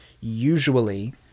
usually